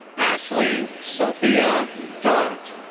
ashley sophia dart.